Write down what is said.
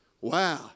Wow